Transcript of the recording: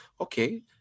okay